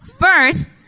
First